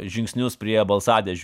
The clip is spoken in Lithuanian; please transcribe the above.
žingsnius prie balsadėžių